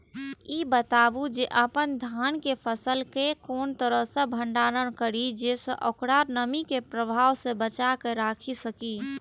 ई बताऊ जे अपन धान के फसल केय कोन तरह सं भंडारण करि जेय सं ओकरा नमी के प्रभाव सं बचा कय राखि सकी?